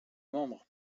membres